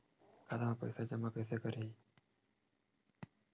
खाता म पईसा जमा कइसे करही?